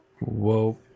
Whoa